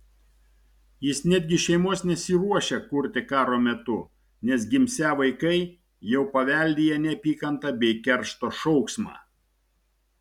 jis netgi šeimos nesiruošia kurti karo metu nes gimsią vaikai jau paveldėję neapykantą bei keršto šauksmą